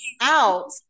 out